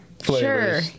Sure